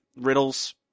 riddles